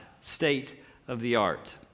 state-of-the-art